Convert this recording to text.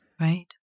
Right